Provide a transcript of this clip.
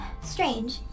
Strange